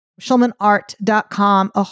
shulmanart.com